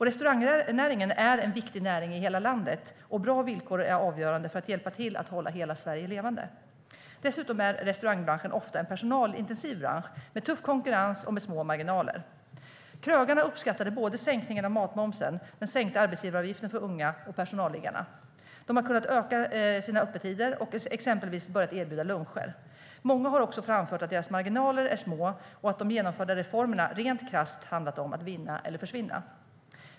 Restaurangnäringen är en viktig näring i hela landet, och bra villkor är avgörande för att hjälpa till att hålla hela Sverige levande. Dessutom är restaurangbranschen ofta en personalintensiv bransch med tuff konkurrens och små marginaler. Krögarna uppskattade såväl sänkningen av matmomsen och arbetsgivaravgiften för unga som personalliggarna. De har kunnat utöka sina öppettider och exempelvis börjat erbjuda luncher. Många har också framfört att deras marginaler är små och att de genomförda reformerna rent krasst handlat om att vinna eller försvinna.